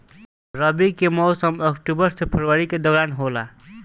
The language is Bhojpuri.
रबी के मौसम अक्टूबर से फरवरी के दौरान होला